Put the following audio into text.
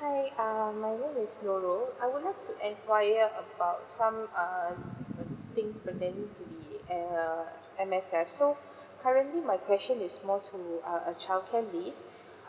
hi err my name is nurul I would like to enquire about some err things pertaining to be err M_S_F so currently my question is more to uh a childcare leave